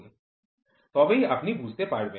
তবেই আপনি বুঝতে পারবেন